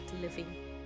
living